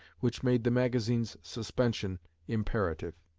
which made the magazine's suspension imperative.